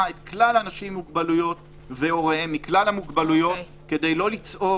את כלל האנשים עם מוגבלויות והוריהם מכלל המוגבלויות כדי ליצור